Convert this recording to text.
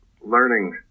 learning